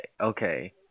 okay